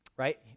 right